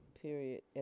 period